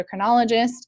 endocrinologist